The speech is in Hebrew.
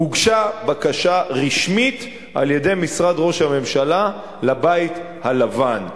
הוגשה בקשה רשמית על-ידי משרד ראש הממשלה לבית הלבן,